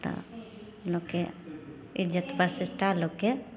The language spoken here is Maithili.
तऽ लोकके इज्जत प्रतिष्ठा लोकके